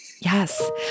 Yes